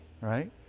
right